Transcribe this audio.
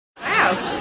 Wow